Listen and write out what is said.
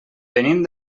venim